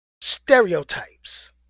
Stereotypes